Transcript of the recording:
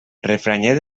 refranyer